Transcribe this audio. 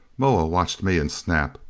moa watched me and snap,